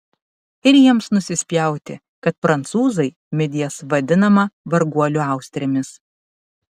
ir jiems nusispjauti kad prancūzai midijas vadinama varguolių austrėmis